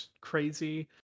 crazy